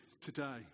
today